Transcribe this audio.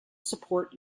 support